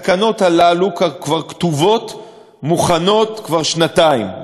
התקנות הללו כבר כתובות, מוכנות כבר שנתיים.